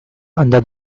under